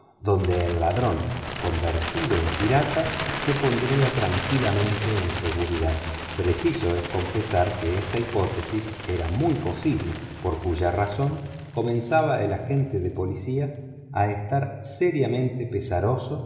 donde el ladrón convertido en pirata se pondría tranquilamente en seguridad preciso es confesar que esta hipótesis era muy posible por cuya razón comenzaba el agente de policía a estar seriamente pesaroso